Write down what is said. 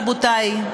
רבותי,